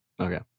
Okay